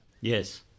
Yes